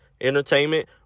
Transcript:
entertainment